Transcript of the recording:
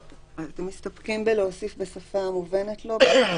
אתם מסתפקים בלהוסיף "בשפה המובנת לו"?